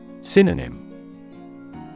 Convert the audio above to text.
Synonym